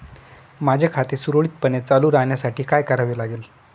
माझे खाते सुरळीतपणे चालू राहण्यासाठी काय करावे लागेल?